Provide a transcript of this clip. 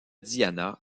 diana